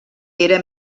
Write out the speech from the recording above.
era